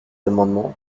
amendement